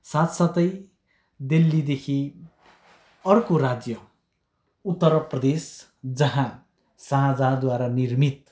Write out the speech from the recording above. साथसाथै दिल्लीदेखि अर्को राज्य उत्तर प्रदेश जहाँ शाहजहाँद्वारा निर्मित